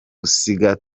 gusiga